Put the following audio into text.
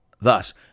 Thus